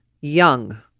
young